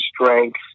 strength